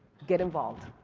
get involved.